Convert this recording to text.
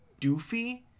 doofy